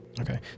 Okay